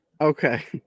Okay